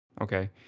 okay